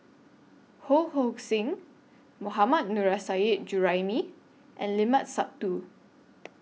Ho Hong Sing Mohammad Nurrasyid Juraimi and Limat Sabtu